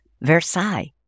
Versailles